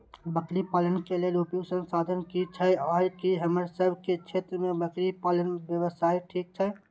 बकरी पालन के लेल उपयुक्त संसाधन की छै आर की हमर सब के क्षेत्र में बकरी पालन व्यवसाय ठीक छै?